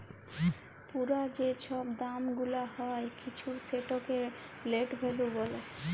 পুরা যে ছব দাম গুলাল হ্যয় কিছুর সেটকে লেট ভ্যালু ব্যলে